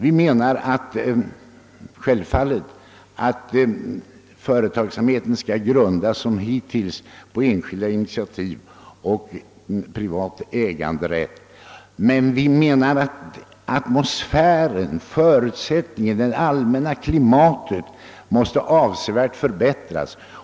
Vi menar självfallet att företagsamheten som hittills skall grundas på enskilda initiativ och privat äganderätt, men vi menar också att atmosfären, förutsättningarna, det allmänna klimatet måste avsevärt förbättras.